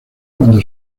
cuando